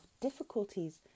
difficulties